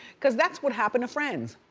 cause that's what happened to friends.